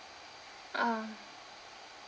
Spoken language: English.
ah